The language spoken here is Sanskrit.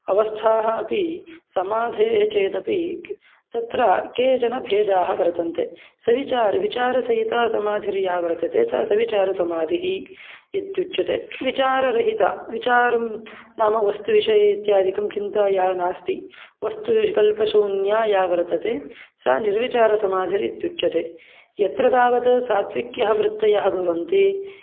अवस्थाः अपि समाधेः चेदपि तत्र केचन भेदाः वर्तन्ते सविचार विचारसहिता समाधिर्या वर्तते सा सविचारसमाधिः इत्युच्यते विचाररहिता विचारं नाम वस्तुविषये इत्यादिकं चिन्ता या नास्ति वस्तुविकल्पशून्या या वर्तते सा निर्विचारसमाधिः इत्युच्यते यत्र तावत् सात्विक्यः वृत्तयः भवन्ति